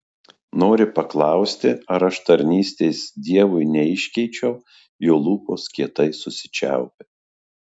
nori paklausti ar aš tarnystės dievui neiškeičiau jo lūpos kietai susičiaupia